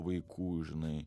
vaikų žinai